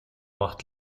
macht